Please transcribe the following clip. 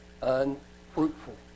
unfruitful